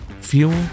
fuel